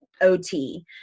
OT